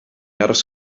aros